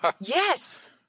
Yes